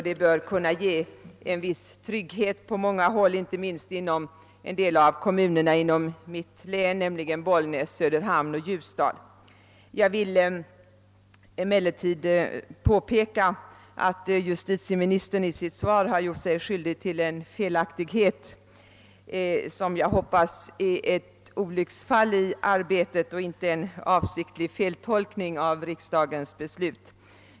Det bör kunna skapa en viss trygghet på många håll, inte minst inom några av kommunerna i mitt län, nämligen Bollnäs, Söderhamn och Ljusdal. Jag vill emellertid påpeka att justitieministern i sitt svar gjort sig skyl dig till en felaktighet, som jag hoppas är ett olycksfall i arbetet och inte en avsiktlig feltolkning av riksdagens beslut.